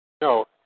No